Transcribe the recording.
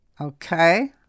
Okay